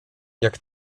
jak